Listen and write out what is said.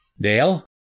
Dale